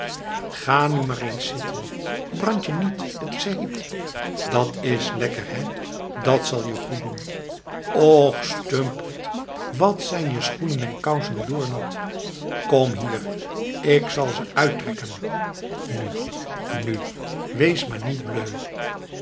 ga nu maar eens zitten brand je niet t is heet dat is lekker hé dat zal je goeddoen och stumperd wat zijn je schoenen en kousen doornat kom hier ik zal ze uittrekken nu nu wees maar niet bleu